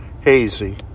hazy